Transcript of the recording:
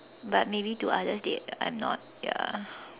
but maybe to others they I'm not ya